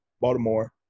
Baltimore